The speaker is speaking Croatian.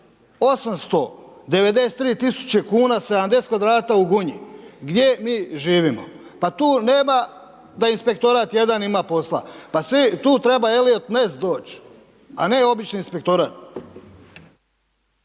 893 tisuće kn 70 kvadrata u Gunji, gdje mi živimo? Pa tu nema da inspektorat jedan ima posla, pa tu treba …/Govornik se ne razumije./… doći, a ne običan inspektorat.